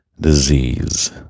disease